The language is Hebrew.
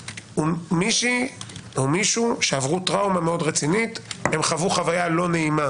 מישהי או מישהו שעברו טראומה מאוד רצינית חוו חוויה לא נעימה